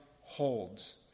holds